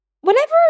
whenever